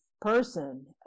person